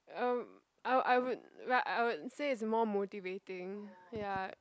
um I I would ri~ I would say it's more motivating ya